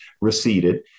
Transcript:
receded